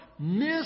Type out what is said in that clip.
miss